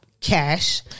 Cash